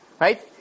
right